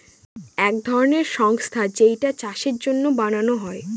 এক ধরনের সংস্থা যেইটা চাষের জন্য বানানো হয়